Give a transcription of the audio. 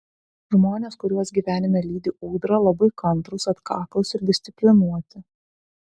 žmonės kuriuos gyvenime lydi ūdra labai kantrūs atkaklūs ir disciplinuoti